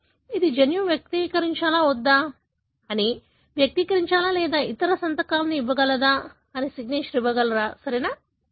ఇది జన్యువు వ్యక్తీకరించాలా వద్దా అని వ్యక్తీకరించాలా లేదా ఇతర సంతకాలను ఇవ్వగలదా అనే సిగ్నేచర్ ఇవ్వగలదు సరియైనదా